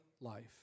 life